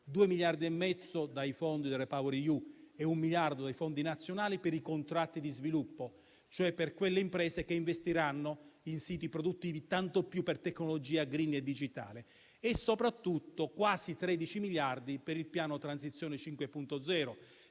miliardi e mezzo dai fondi del REPower EU e un miliardo dai fondi nazionali) per i contratti di sviluppo, cioè per quelle imprese che investiranno in siti produttivi, tanto più per tecnologia *green* e digitale. E soprattutto saranno disponibili quasi 13 miliardi per il piano Transizione 5.0: